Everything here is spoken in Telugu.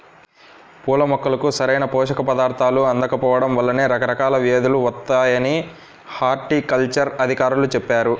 పూల మొక్కలకు సరైన పోషక పదార్థాలు అందకపోడం వల్లనే రకరకాల వ్యేదులు వత్తాయని హార్టికల్చర్ అధికారులు చెప్పారు